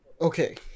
okay